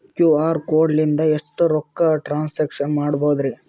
QR code ಲಿಂದ ಎಷ್ಟ ರೊಕ್ಕ ಟ್ರಾನ್ಸ್ಯಾಕ್ಷನ ಮಾಡ್ಬೋದ್ರಿ?